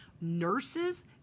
nurses